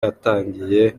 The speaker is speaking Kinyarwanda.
yatangiye